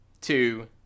two